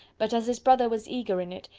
but as his brother was eager in it,